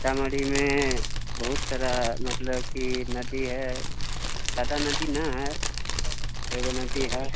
सीतामढ़ीमे बहुत सारा मतलब कि नदी हय जादा नदी नहि हय एगो नदी हय